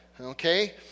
Okay